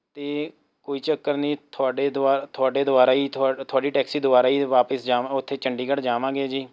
ਅਤੇ ਕੋਈ ਚੱਕਰ ਨਹੀਂ ਤੁਹਾਡੇ ਦੁਆਰਾ ਤੁਹਾਡੇ ਦੁਆਰਾ ਹੀ ਤੁਹਾਡੀ ਟੈਕਸੀ ਦੁਆਰਾ ਹੀ ਵਾਪਿਸ ਜਾਵਾਂ ਉੱਥੇ ਚੰਡੀਗੜ੍ਹ ਜਾਵਾਂਗੇ ਜੀ